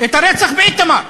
את הרצח באיתמר,